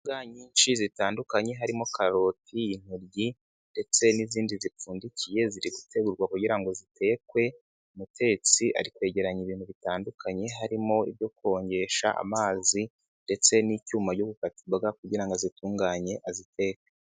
Imboga nyinshi zitandukanye harimo karoti, intoryi ndetse n'izindi zipfundikiye ziri gutegurwa, kugira ngo zitekwe. Umutetsi ari kwegeranya ibintu bitandukanye harimo ibyo kurongesha, amazi, ndetse n'icyuma cyo gukata imboga kugira ngo azitunganye aziteke.